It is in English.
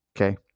Okay